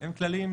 הם כללים,